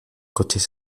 coches